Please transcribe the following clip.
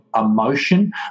emotion